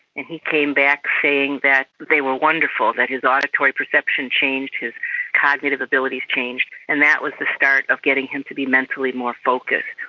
and he came back saying that they were wonderful, that his auditory perception changed, his cognitive abilities changed, and that was start of getting him to be mentally more focused.